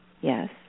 yes